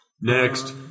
Next